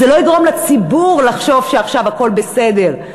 זה לא יגרום לציבור לחשוב שעכשיו הכול בסדר,